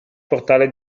portale